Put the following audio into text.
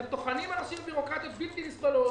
אתם טוחנים אנשים בירוקרטיות בלתי נסבלות.